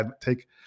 take